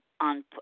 on